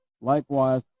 likewise